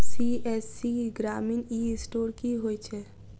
CSC ग्रामीण e store की होइ छै?